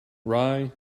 rye